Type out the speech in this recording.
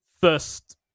first